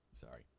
Sorry